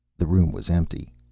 the room was empty.